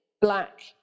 black